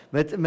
Met